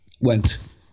went